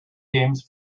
games